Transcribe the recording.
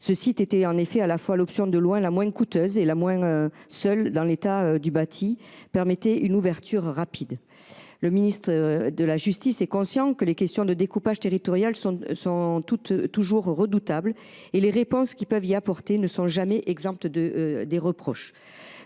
Ce site était, en effet, à la fois l’option de loin la moins coûteuse et la seule dont l’état du bâti permettait une ouverture rapide. Le ministre de la justice est conscient que les questions de découpage territorial sont toujours redoutables et les réponses qui peuvent y être apportées ne sont jamais exemptes de reproches.